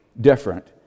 different